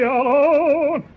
alone